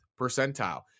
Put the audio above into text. percentile